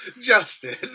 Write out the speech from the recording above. justin